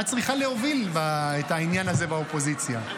את צריכה להוביל את העניין הזה באופוזיציה.